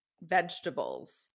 vegetables